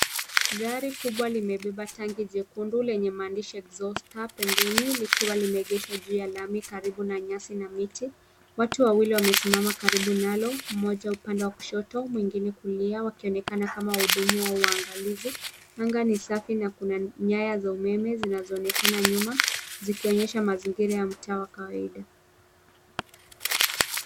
Gari kubwa limebeba tanki jekundu lenye maandishi exhauster pembeni likiwa limeegeshwa juu ya lami karibu na nyasi na miti. Watu wawili wamesimama karibu nalo, mmoja upande wa kushoto na mwingine kulia wakionekana kama wahudumu wa uangalizi. Anga ni safi na kuna nyaya za umeme zinazoonekana nyuma zikionyesha mazingira ya mtaa wa kawaida.